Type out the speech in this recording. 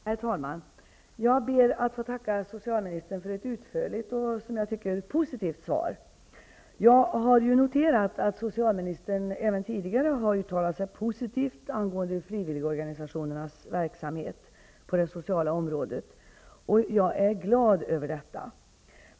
Herr talman! Jag ber att få tacka socialministern för ett utförligt och, som jag tycker, positivt svar. Jag har noterat att socialministern även tidigare har uttalat sig positivt angående frivilligorganisationernas verksamhet på det sociala området, och jag är glad över detta.